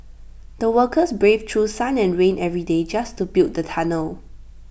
the workers braved through sun and rain every day just to build the tunnel